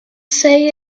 say